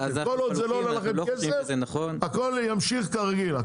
כל עוד זה לא עולה לכם כסף הכול ימשיך כרגיל.